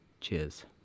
cheers